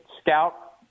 scout